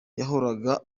yahoraga